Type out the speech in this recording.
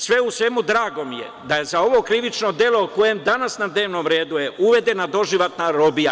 Sve u svemu, drago mi je da je za ovo krivično delo, koje danas na dnevnom redu je, uvedena doživotna robija.